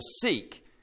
seek